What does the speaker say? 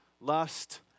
lust